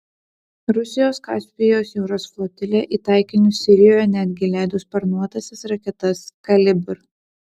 rusijos kaspijos jūros flotilė į taikinius sirijoje netgi leido sparnuotąsias raketas kalibr